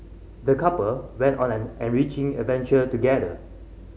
the couple went on an enriching adventure together